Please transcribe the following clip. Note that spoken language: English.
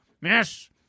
Yes